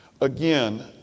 Again